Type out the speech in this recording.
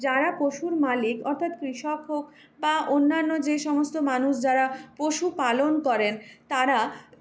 যারা পশুর মালিক অর্থাৎ কৃষক হোক বা অন্যান্য যে সমস্ত মানুষ যারা পশুপালন করেন তারা